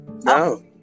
No